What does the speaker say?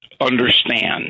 understand